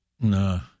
No